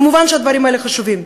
מובן שהדברים האלה חשובים,